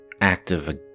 active